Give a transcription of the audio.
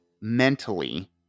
mentally